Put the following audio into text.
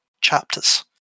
chapters